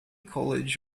college